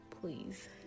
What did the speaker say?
please